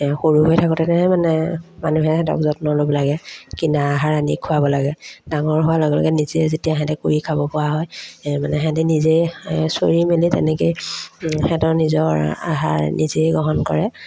সৰু হৈ থাকোঁতেনে মানে মানুহে সিহঁতক যত্ন ল'ব লাগে কিনা আহাৰ আনি খোৱাব লাগে ডাঙৰ হোৱাৰ লগে লগে নিজে যেতিয়া সিহঁতে কৰি খাবপৰা হয় মানে সিহঁতে নিজেই চৰি মেলি তেনেকৈয়ে সিহঁতৰ নিজৰ আহাৰ নিজেই গ্ৰহণ কৰে